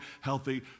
healthy